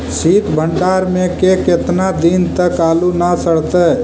सित भंडार में के केतना दिन तक आलू न सड़तै?